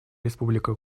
республика